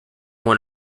one